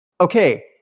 Okay